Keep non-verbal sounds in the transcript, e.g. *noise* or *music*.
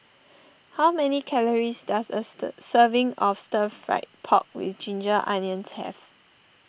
*noise* how many calories does a stir serving of Stir Fried Pork with Ginger Onions have